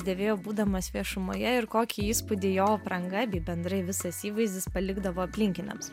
dėvėjo būdamas viešumoje ir kokį įspūdį jo apranga bei bendrai visas įvaizdis palikdavo aplinkiniams